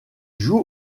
joue